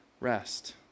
rest